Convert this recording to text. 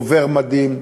דובר מדהים,